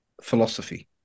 Philosophy